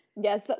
Yes